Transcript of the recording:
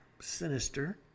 sinister